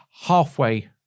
halfway